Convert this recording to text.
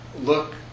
look